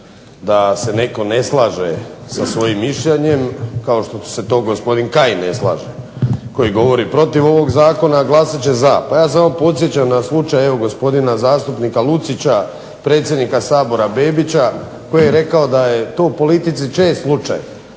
da se netko ne slaže sa svojim mišljenjem kao što se to gospodin Kajin ne slaže koji govori protiv ovog zakona, a glasat će za. Pa ja samo podsjećam na slučaj gospodina zastupnika Lucića, predsjednika Sabora Bebića koji je rekao da je to u politici čest slučaj